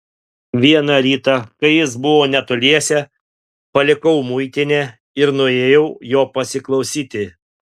vieną rytą kai jis buvo netoliese palikau muitinę ir nuėjau jo pasiklausyti